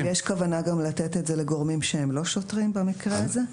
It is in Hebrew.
אבל יש כוונה לתת את זה לגורמים שהם לא שוטרים במקרה הזה?